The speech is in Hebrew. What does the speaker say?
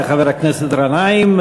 תודה לחבר הכנסת גנאים.